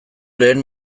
lehen